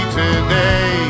today